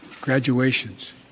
graduations